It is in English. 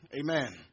Amen